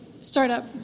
startup